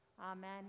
Amen